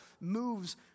moves